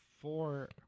four